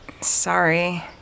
Sorry